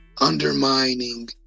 Undermining